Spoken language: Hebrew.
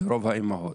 לרוב האימהות.